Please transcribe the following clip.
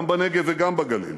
גם בנגב וגם בגליל,